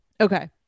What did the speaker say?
Okay